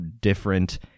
different